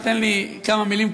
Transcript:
תן לי כמה מילים,